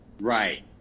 Right